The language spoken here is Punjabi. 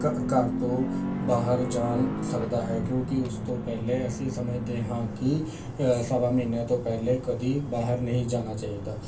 ਘ ਘਰ ਤੋਂ ਬਾਹਰ ਜਾਣ ਸਕਦਾ ਹੈ ਕਿਉਂਕਿ ਉਸ ਤੋਂ ਪਹਿਲੇ ਅਸੀਂ ਸਮਝਦੇ ਹਾਂ ਕਿ ਸਵਾ ਮਹੀਨੇ ਤੋਂ ਪਹਿਲੇ ਕਦੀ ਬਾਹਰ ਨਹੀਂ ਜਾਣਾ ਚਾਹੀਦਾ